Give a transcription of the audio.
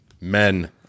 Men